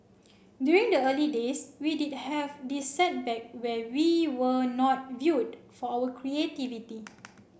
during the early days we did have this setback where we were not viewed for our creativity